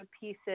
pieces